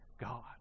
God